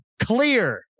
Clear